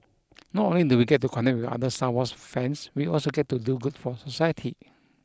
not only do we get to connect with other Star Wars fans we also get to do good for society